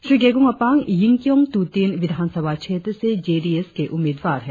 श्री गेगोंग अपांग यिंगकियोंग तुतिन विधानसभा क्षेत्र से जे डी एस के उम्मीदवार है